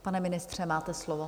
Pane ministře, máte slovo.